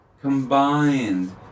combined